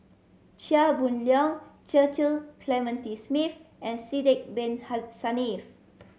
Chia Boon Leong Cecil Clementi Smith and Sidek Bin Saniff